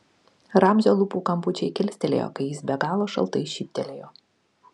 ramzio lūpų kampučiai kilstelėjo kai jis be galo šaltai šyptelėjo